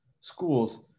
schools